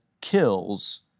kills